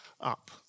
up